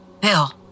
Bill